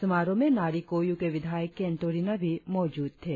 समारोह में नारी कोयू के विधायक केन्तों रिना भी मौजूद थे